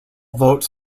votes